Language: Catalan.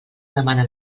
demana